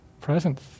presence